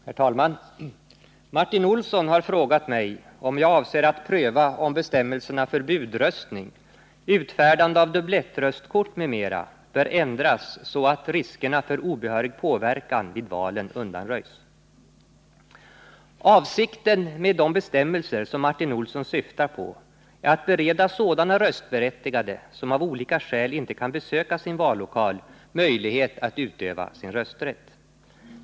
Herr talman! Martin Olsson har frågat mig om jag avser att pröva om bestämmelserna för budröstning, utfärdande av duplettröstkort m.m. bör ändras, så att riskerna för obehörig påverkan vid valen undanröjs. Avsikten med de bestämmelser som Martin Olsson syftar på är att bereda sådana röstberättigade som av olika skäl inte kan besöka sin vallokal möjlighet att utöva sin rösträtt.